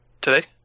today